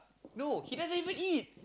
no he doesn't even eat